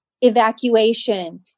evacuation